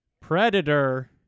Predator